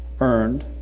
earned